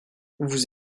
vous